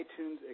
iTunes